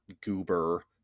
goober